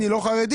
אני לא חרדי.